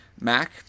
Mac